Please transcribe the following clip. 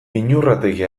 iñurrategi